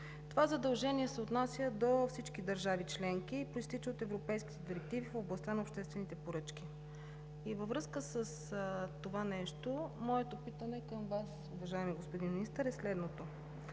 Това задължение се отнася до всички държави членки и произтича от европейските директиви в областта на обществените поръчки. Във връзка с това моето питане към Вас, уважаеми господин Министър, е следното: